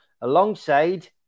alongside